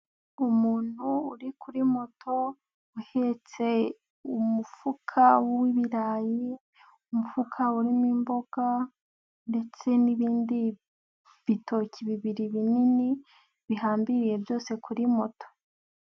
Umuntu uri kuri moto uhetse umufuka w'ibirayi. Umufuka urimo imboga ndetse n'ibindi bitoki bibiri binini, bihambiriye byose kuri moto.